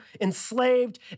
enslaved